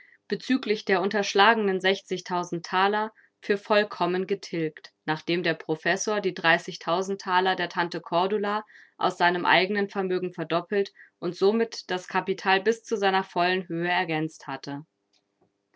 bezüglich der unterschlagenen sechzigtausend thaler für vollkommen getilgt nachdem der professor die dreißigtausend thaler der tante cordula aus seinem eigenen vermögen verdoppelt und somit das kapital bis zu seiner vollen höhe ergänzt hatte